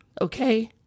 okay